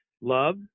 love